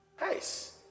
Nice